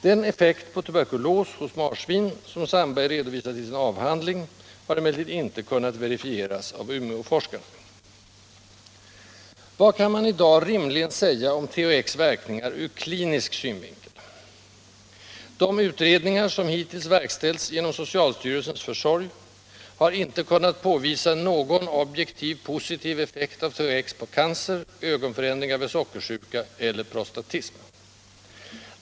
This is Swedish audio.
Den effekt på tuberkulos hos marsvin som Sandberg redovisade i sin avhandling har emellertid inte kunnat verifieras av Umeåforskarna. Vad kan man i dag rimligen säga om THX verkningar ur klinisk synvinkel? De utredningar som hittills verkställts genom socialstyrelsens försorg har inte kunnat påvisa någon objektiv positiv effekt av THX på cancer, ögonförändringar vid sockersjuka eller prostatism.